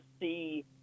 see